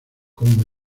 como